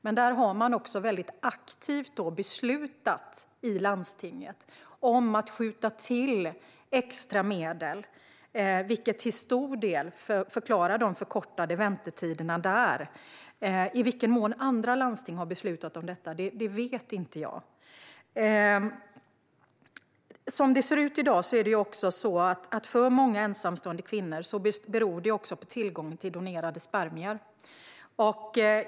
Men där har man också aktivt beslutat i landstinget att skjuta till extra medel, vilket till stor del förklarar de förkortade väntetider man har. I vilken mån andra landsting har beslutat om detta vet inte jag. Som det ser ut i dag beror situationen för ensamstående kvinnor också på tillgången till donerade spermier.